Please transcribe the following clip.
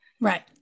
Right